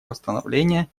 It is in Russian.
восстановления